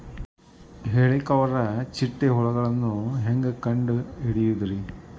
ಹೇಳಿಕೋವಪ್ರ ಚಿಟ್ಟೆ ಹುಳುಗಳನ್ನು ಹೆಂಗ್ ಕಂಡು ಹಿಡಿಯುದುರಿ?